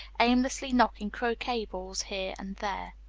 aimlessly knocking croquet balls here and there.